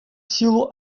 силу